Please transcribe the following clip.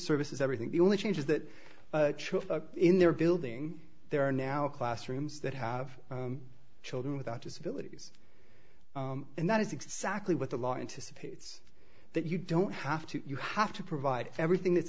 services everything the only change is that in their building there are now classrooms that have children without disabilities and that is exactly what the law anticipates that you don't have to you have to provide everything it's